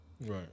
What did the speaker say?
right